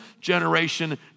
generation